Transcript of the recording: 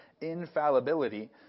infallibility